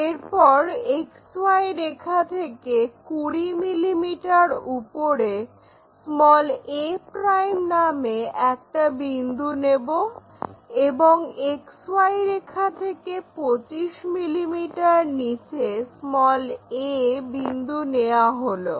এরপর XY রেখা থেকে 20 mm উপরে a' নামে একটি বিন্দু নেব এবং XY রেখা থেকে 25 mm নিচে a বিন্দু নেয়া হলো